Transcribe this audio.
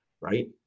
right